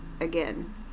again